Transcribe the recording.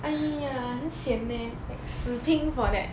!aiya! 很 sian leh like 死拼 for that